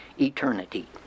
eternity